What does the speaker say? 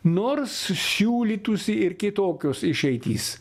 nors siūlytųsi ir kitokios išeitys